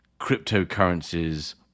cryptocurrencies